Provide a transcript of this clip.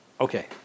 Okay